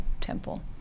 temple